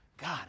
God